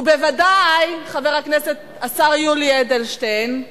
ובוודאי, השר יולי אדלשטיין,